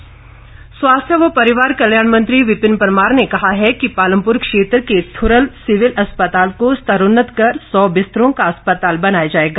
विपिन परमार स्वास्थ्य व परिवार कल्याण मंत्री विपिन परमार ने कहा है कि पालमपुर क्षेत्र के थुरल सिविल अस्पताल को स्तरोन्नत कर सौ बिस्तरों का अस्पताल बनाया जाएगा